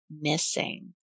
missing